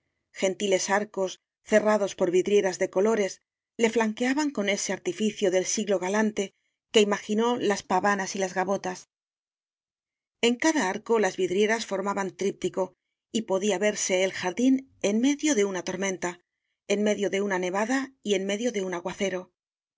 tiles arcos cerrados por vidrieras de colores le flanqueaban con ese artificio del siglo ga lante que imaginó las pavanas y las gavotas en cada arco las vidrieras formaban tríp tico y podía verse el jardín en medio de una tormenta en medio de una nevada y en me dio de un aguacero